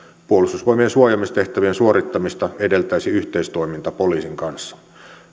puolustusvoimien suojaamistehtävien suorittamista edeltäisi yhteistoiminta poliisin kanssa